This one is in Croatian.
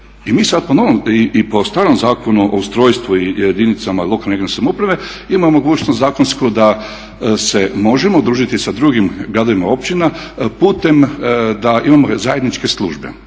i mi sad po novom i po starom Zakonu o ustrojstvu jedinica lokalne i regionalne samouprave ima mogućnost zakonsku da se možemo udružiti sa drugim gradovima i općinama putem da imamo zajedničke službe.